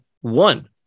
one